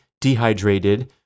dehydrated